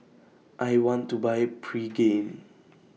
I want to Buy Pregain